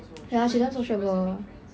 ya she damn sociable